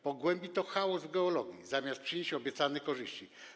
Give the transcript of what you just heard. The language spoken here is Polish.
Pogłębi to chaos w geologii, zamiast przynieść obiecane korzyści.